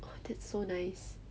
oh that's so nice